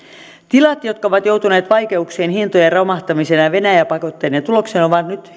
tilat jotka ovat joutuneet vaikeuksiin hintojen romahtamisen ja ja venäjä pakotteiden tuloksena